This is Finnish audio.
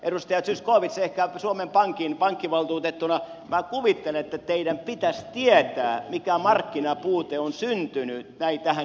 edustaja zyskowicz minä kuvittelen että ehkä suomen pankin pankkivaltuutettuna teidän pitäisi tietää mikä markkinapuute on syntynyt tähän yrityskenttään